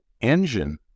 engine